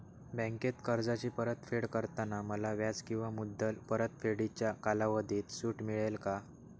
बँकेत कर्जाची परतफेड करताना मला व्याज किंवा मुद्दल परतफेडीच्या कालावधीत सूट मिळेल का?